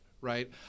Right